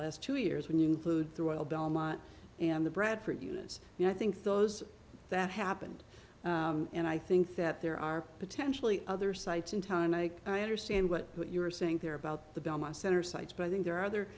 last two years when you include through oil belmont and the bradford units and i think those that happened and i think that there are potentially other sites in time mike i understand what you were saying there about the belmont center sites but i think there are other